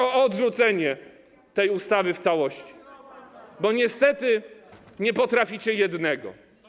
O odrzucenie tej ustawy w całości, bo niestety nie potraficie jednego.